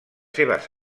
seves